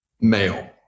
male